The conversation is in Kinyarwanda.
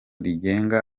rigenga